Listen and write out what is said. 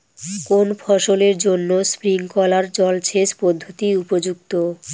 কোন ফসলের জন্য স্প্রিংকলার জলসেচ পদ্ধতি উপযুক্ত?